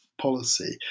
policy